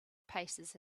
paces